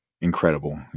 incredible